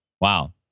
Wow